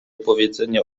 powiedzenia